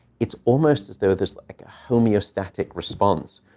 it's almost as though there's like a homeostatic response,